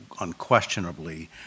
unquestionably